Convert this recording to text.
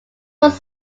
was